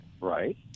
Right